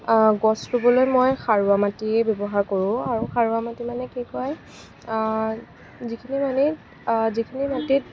গছ ৰুবলৈ মই সাৰুৱা মাটি ব্যৱহাৰ কৰোঁ আৰু সাৰুৱা মাটি মানে কি কয় যিখিনি মানে যিখিনি মাটিত